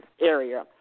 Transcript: area